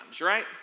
right